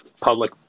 public